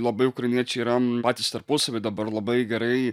labai ukrainiečiai yra patys tarpusavy dabar labai gerai